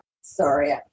sorry